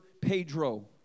Pedro